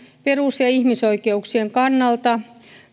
perus ja ihmisoikeuksien kannalta